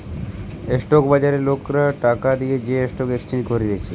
stock বাজারে লোকরা টাকা দিয়ে যে স্টক এক্সচেঞ্জ করতিছে